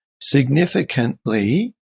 significantly